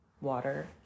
water